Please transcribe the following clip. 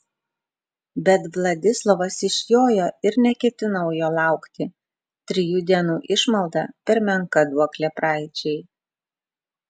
bet vladislovas išjojo ir neketinau jo laukti trijų dienų išmalda per menka duoklė praeičiai